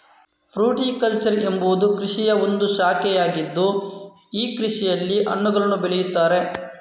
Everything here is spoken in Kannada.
ಫ್ರೂಟಿಕಲ್ಚರ್ ಎಂಬುವುದು ಕೃಷಿಯ ಒಂದು ಶಾಖೆಯಾಗಿದ್ದು ಈ ಕೃಷಿಯಲ್ಲಿ ಹಣ್ಣುಗಳನ್ನು ಬೆಳೆಯುತ್ತಾರೆ